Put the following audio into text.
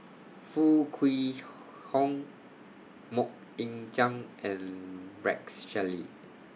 Foo Kwee Horng Mok Ying Jang and Rex Shelley